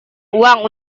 uang